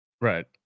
Right